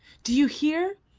do you hear?